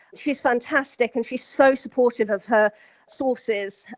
she's fantastic, and she's so supportive of her sources,